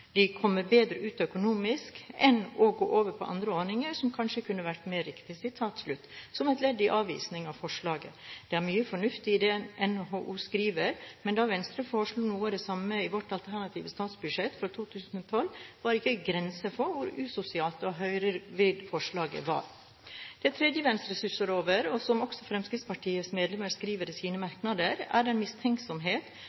kommer bedre ut økonomisk, enn å gå over på andre ordninger som kanskje kunne være mer riktig», som et ledd i avvisningen av forslaget. Det er mye fornuftig i det NHO skriver, men da Venstre foreslo noe av det samme i sitt alternative statsbudsjett for 2012, var det ikke grenser for hvor usosialt og høyrevridd forslaget var. Det tredje Venstre stusser over, og som også Fremskrittspartiets medlemmer skriver i sine